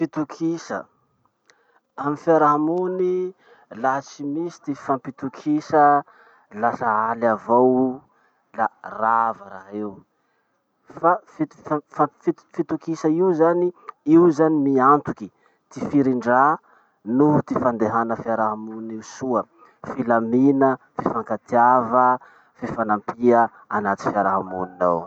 Fitokisa. Amy fiarahamony, laha tsy misy ty fifampitokisa, lasa aly avao la rava raha io. Fa fitokisa io zany, io zany miantoky ty firindra noho ty fandehana fiarahamony io soa. Filamina, fifankatiava, fifanampia anaty fiarahamoninao.